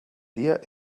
dia